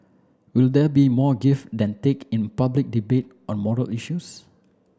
will there be more give than take in public debate on moral issues